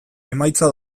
emaitza